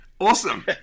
awesome